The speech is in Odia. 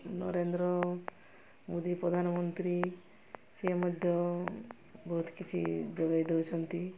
ନରେନ୍ଦ୍ର ମୋଦି ପ୍ରଧାନମନ୍ତ୍ରୀ ସିଏ ମଧ୍ୟ ବହୁତ କିଛି ଯୋଗାଇ ଦଉଛନ୍ତି